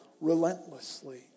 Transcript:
relentlessly